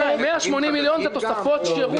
180 מיליון זה תוספות שירות.